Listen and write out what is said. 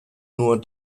nur